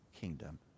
kingdom